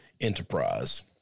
enterprise